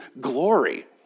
glory